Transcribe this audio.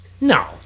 No